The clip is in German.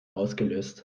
ausgelöst